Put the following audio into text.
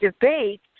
debate